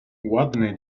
ładny